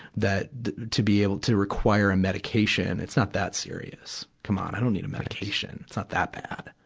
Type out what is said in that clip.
that to be able to require a medication it's not that serious. come on, i don't need a medication. it's not that bad.